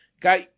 got